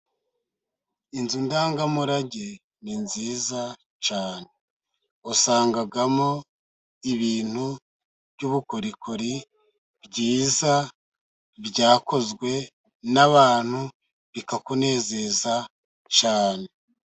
Inzu ndangamurage ni nziza cyane usangamo ibintu by'ubukorikori byiza, byakozwe n'abantu bikakunezeza cyane.